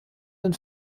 dann